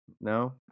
No